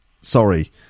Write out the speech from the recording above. sorry